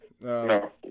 No